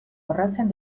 jorratzen